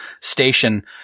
station